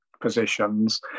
positions